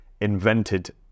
invented